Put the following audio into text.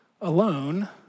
alone